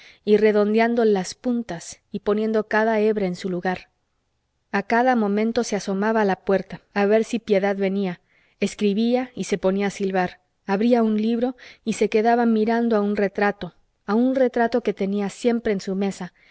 y redondéandole las puntas y poniendo cada hebra en su lugar a cada momento se asomaba a la puerta a ver si piedad venía escribía y se ponía a silbar abría un libro y se quedaba mirando a un retrato a un retrato que tenía siempre en su mesa